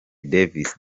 davis